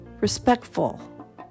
respectful